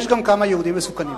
יש גם כמה יהודים מסוכנים.